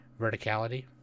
Verticality